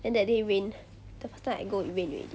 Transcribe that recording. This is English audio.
then that day rain the first time I go it rained already